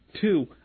Two